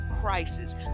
crisis